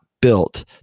built